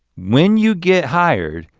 when you get hired,